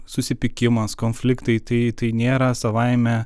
susipykimas konfliktai tai tai nėra savaime